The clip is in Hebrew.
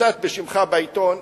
צוטט בשמך בעיתון,